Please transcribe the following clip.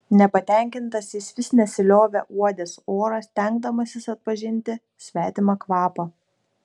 nepatenkintas jis vis nesiliovė uodęs orą stengdamasis atpažinti svetimą kvapą